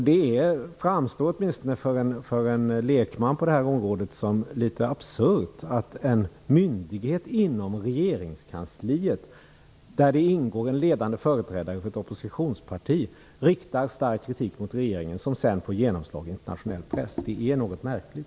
Det framstår, åtminstone för en lekman på det här området, som litet absurt att en myndighet inom regeringskansliet där det ingår en ledande företrädare för ett oppositionsparti riktar stark kritik mot regeringen, som sedan får genomslag i internationell press. Det är något märkligt.